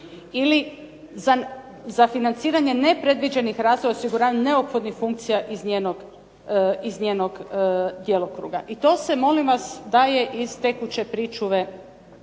Ili za financiranje nepredviđenih razvoja osiguranja, neophodnih funkcija iz njenog djelokruga i to se, molim vas, daje iz tekuće pričuve